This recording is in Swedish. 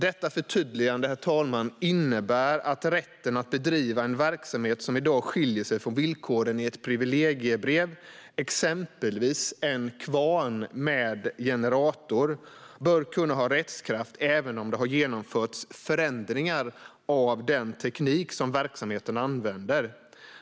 Detta förtydligande innebär, herr talman, att rätten att bedriva en verksamhet som i dag skiljer sig från villkoren i ett privilegiebrev, exempelvis en kvarn med generator, bör kunna ha rättskraft även om det har genomförts förändringar av den teknik som verksamheten använder.